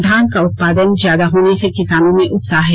धान का उत्पादन ज्यादा होने से किसानो में उत्साह है